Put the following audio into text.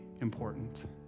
important